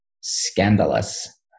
Scandalous